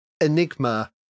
Enigma